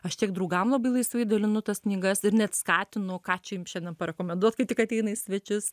aš tiek draugam labai laisvai dalinu tas knygas ir net skatinu ką čia jum šiandien parekomenduot kai tik ateina į svečius